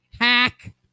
Hack